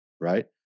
Right